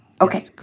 Okay